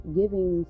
giving